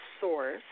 source